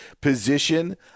position